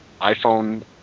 iPhone